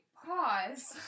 pause